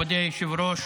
היושב-ראש,